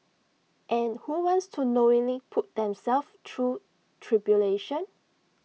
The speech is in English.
and who wants to knowingly put themselves through tribulation